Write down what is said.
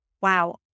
wow